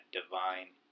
divine